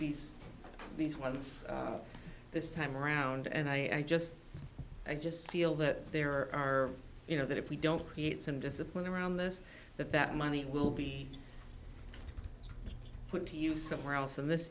these these ones this time around and i just i just feel that there are you know that if we don't create some discipline around this that that money will be put somewhere else and this